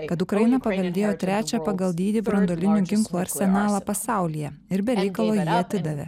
kad ukraina paveldėjo trečią pagal dydį branduolinių ginklų arsenalą pasaulyje ir be reikalo jį atidavė